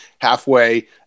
halfway